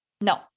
no